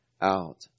out